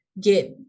get